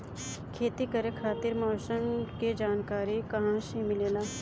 खेती करे खातिर मौसम के जानकारी कहाँसे मिलेला?